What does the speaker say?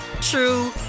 true